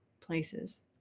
places